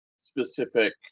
specific